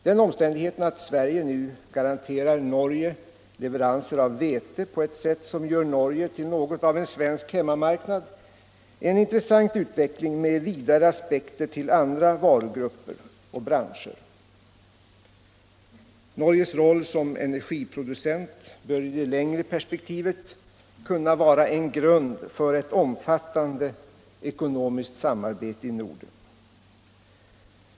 Den omständigheten att Sverige nu garanterar Norge leveranser av vete på ett sätt som gör Norge till något av en svensk hemmamarknad är en intressant utveckling med vidare aspekter till andra varugrupper och branscher. Norges roll som energiproducent bör i det längre perspektivet kunna vara en grund för ett omfattande ekonomiskt samarbete i Norden.